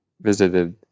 Visited